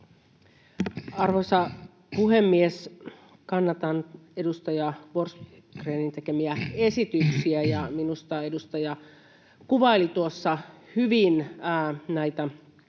Arvoisa puhemies! Kannatan edustaja Forsgrénin tekemiä esityksiä. Minusta edustaja kuvaili tuossa hyvin näitä vaikutuksia,